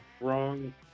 wrong